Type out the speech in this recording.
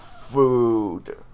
food